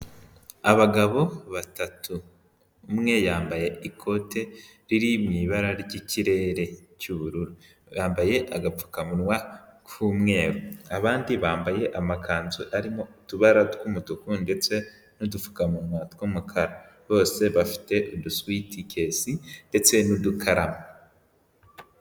Abagabo batatu, umwe yambaye ikote riri mu ibara ry'ikirere cy'ubururu, bambaye agapfukamunwa k'umweru, abandi bambaye amakanzu arimo utubara tw'umutuku ndetse n'udupfukamunwa tw'umukara, bose bafite uduswitikesi ndetse n'udukaramu.